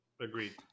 Agreed